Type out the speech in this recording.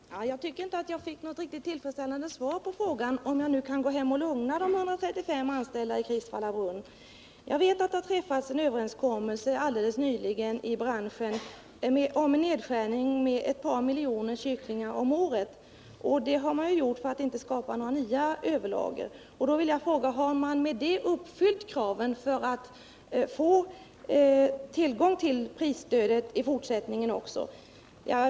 Herr talman! Jag tycker inte att jag fick något tillfredsställande svar på frågan om jag kan lugna de 135 anställda i Kristvallabrunn. Jag vet att det nyligen har träffats en överenskommelse om en nedskärning av antalet kycklingar med ett par miljoner om året för att inte nya överlager skall skapas. Har man därmed uppfyllt kraven för att få prisstödet i fortsättningen också?